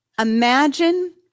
imagine